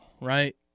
right